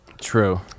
true